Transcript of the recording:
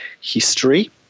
history